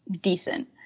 decent